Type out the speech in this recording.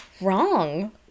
wrong